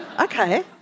Okay